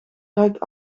ruikt